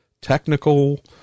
technical